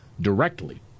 directly